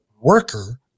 worker